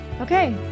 Okay